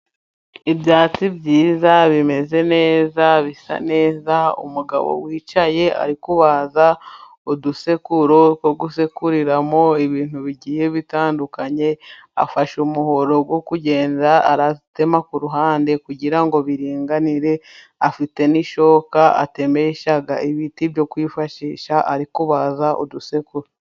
Ibyatsi byiza bimeze neza bisa neza, umugabo wicaye ari kubaza udusekuro two gusekuriramo ibintu bigiye bitandukanye, afashe umuhoro wo kugenda aratema ku ruhande kugira ngo biringanire ,afite n'ishoka atemesha ibiti byo kwifashisha ari kubaza udusekuro.